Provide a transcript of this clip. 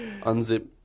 unzip